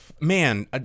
man